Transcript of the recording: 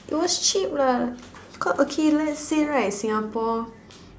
it was cheap lah quite okay let's say right Singapore